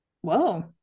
whoa